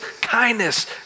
kindness